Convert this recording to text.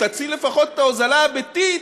תציל לפחות את ההוזלה הביתית,